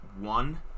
one